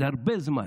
זה הרבה זמן,